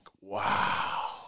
wow